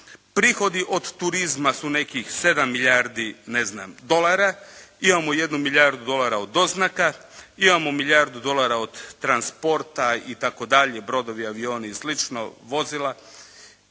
Prihodi od turizma su nekih 7 milijardi, ne znam, dolara. Imamo jednu milijardu dolara od doznaka. Imamo milijardu dolara od transporta i tako dalje, brodovi, avioni i slično, vozila.